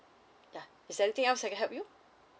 yeah is there anything else I can help you